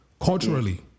Culturally